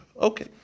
Okay